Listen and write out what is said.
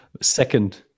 Second